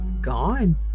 Gone